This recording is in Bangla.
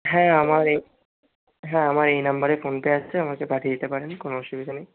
হ্যাঁ আমার এ হ্যাঁ আমার এই নম্বরে ফোনপে আছে আমাকে পাঠিয়ে দিতে পারেন কোনো অসুবিধা নেই